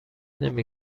نمی